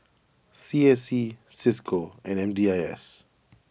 C S C Cisco and M D I S